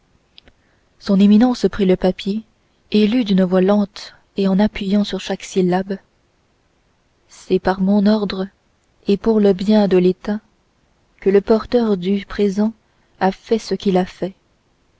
son éminence prit le papier et lut d'une voix lente et en appuyant sur chaque syllabe c'est par mon ordre et pour le bien de état que le porteur du présent a fait ce qu'il a fait